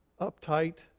uptight